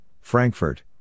Frankfurt